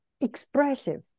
expressive